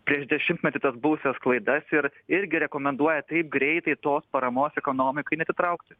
prieš dešimtmetį tas buvusias klaidas ir irgi rekomenduoja taip greitai tos paramos ekonomikai neatitraukti